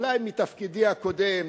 אולי מתפקידי הקודם,